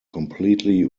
completely